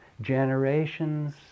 generations